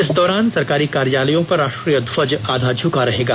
इस दौरान सरकारी कार्यालयों पर राष्ट्रीय ध्वज आधा झुका रहेगा